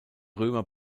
römer